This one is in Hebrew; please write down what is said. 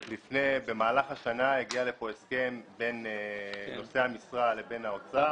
במהלך השנה הגיע לכאן הסכם בין נושאי המשרה לבין האוצר.